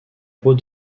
peau